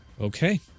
okay